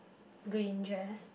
green dress